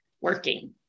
working